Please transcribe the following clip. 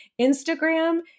Instagram